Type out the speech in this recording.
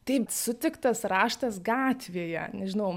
tai sutiktas raštas gatvėje nežinau